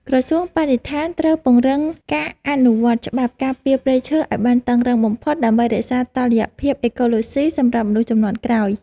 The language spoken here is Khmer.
ក្រសួងបរិស្ថានត្រូវពង្រឹងការអនុវត្តច្បាប់ការពារព្រៃឈើឱ្យបានតឹងរ៉ឹងបំផុតដើម្បីរក្សាតុល្យភាពអេកូឡូស៊ីសម្រាប់មនុស្សជំនាន់ក្រោយ។